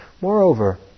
Moreover